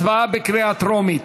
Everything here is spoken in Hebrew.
הצבעה בקריאה טרומית.